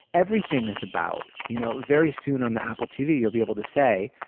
everything is about, you know very soon, on the apple tv, you'll be able to say,